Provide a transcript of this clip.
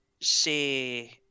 say